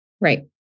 Right